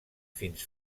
fins